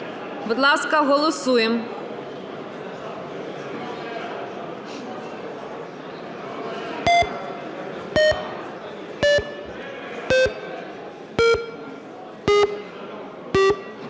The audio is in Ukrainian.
Будь ласка, голосуємо.